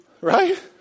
Right